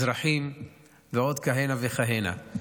אזרחים ועוד כהנה וכהנה.